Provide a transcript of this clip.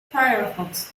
firefox